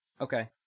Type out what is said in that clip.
Okay